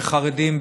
בחרדים,